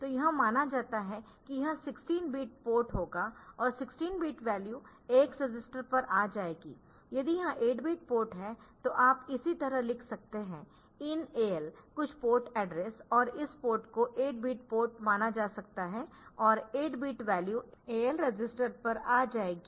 तो यह माना जाता है कि यह 16 बिट पोर्ट होगा और 16 बिट वैल्यू AX रजिस्टर पर आ जाएगी यदि यह 8 बिट पोर्ट है तो आप इसी तरह लिख सकते है IN AL कुछ पोर्ट एड्रेस और इस पोर्ट को 8 बिट पोर्ट माना जाता है और 8 बिट वैल्यू AL रजिस्टर पर आ जाएगी